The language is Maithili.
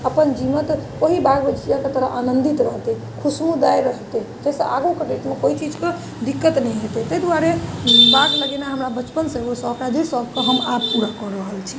अपन जीवन ओहि बाग बगीचा कऽ तरह आनंदित रहतै खुशमुदाय रहतै जाहिसँ आगू कोइ चीज कऽ दिक्कत नहि हेतै ताहि दुआरे बाग लगेना हमरा बचपनसँ एगो शौक हय आ जाहि शौक कऽ हम आब पूरा कऽ रहल छी